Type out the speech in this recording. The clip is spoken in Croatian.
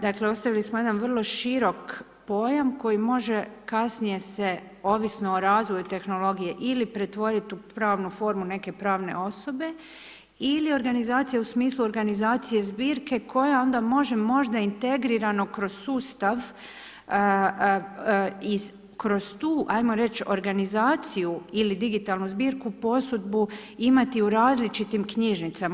Dakle, ostavili smo jedan vrlo širok pojam koji može kasnije se ovisno o razvoju tehnologije ili pretvoriti u pravu formu neke pravne osobe ili organizacija u smislu organizacije zbirke koja onda može možda integrirano kroz sustav i kroz tu, ajmo reći, organizaciju ili digitalnu zbirku posudbu imati u različitim knjižnicama.